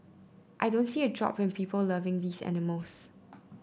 I don't see a drop in people loving these animals